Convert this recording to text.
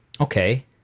okay